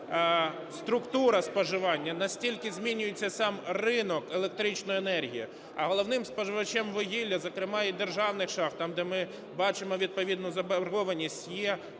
структура споживання, наскільки змінюється сам ринок електричної енергії, а головним споживачем вугілля, зокрема і державних шахт - там, де ми бачимо відповідну заборгованість, є теплова